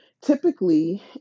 Typically